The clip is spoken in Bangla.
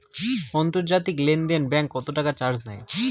আন্তর্জাতিক লেনদেনে ব্যাংক কত টাকা চার্জ নেয়?